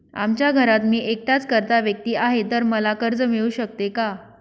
आमच्या घरात मी एकटाच कर्ता व्यक्ती आहे, तर मला कर्ज मिळू शकते का?